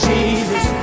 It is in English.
Jesus